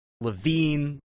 Levine